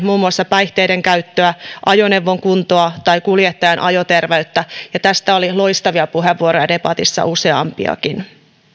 muun muassa päihteiden käyttöä ajoneuvon kuntoa tai kuljettajan ajoterveyttä tästä oli loistavia puheenvuoroja debatissa useampiakin